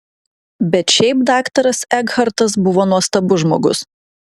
bet šiaip daktaras ekhartas buvo nuostabus žmogus